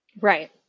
Right